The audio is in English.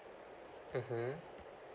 mmhmm